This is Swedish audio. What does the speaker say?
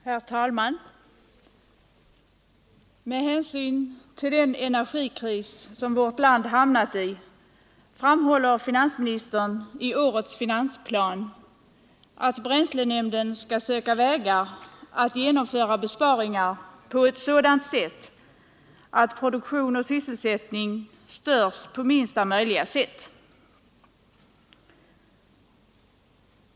Herr talman! Med hänsyn till den energikris som vårt land hamnat i framhåller finansministern i årets finansplan ”att bränslenämnden skall söka vägar att genomföra besparingar på ett sådant sätt att produktion och sysselsättning störs det minsta möjliga”.